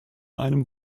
einem